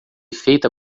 feita